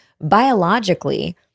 biologically